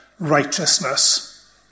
Righteousness